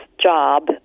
job